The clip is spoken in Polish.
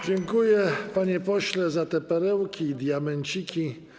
Dziękuję, panie pośle, za te perełki i diamenciki.